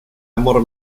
amor